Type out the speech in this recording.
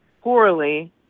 poorly